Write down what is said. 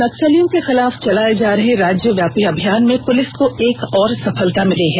नक्सलियों के खिलाफ चलाये जा रहे राज्यव्यापी अभियान में पुलिस को एक और सफलता मिली है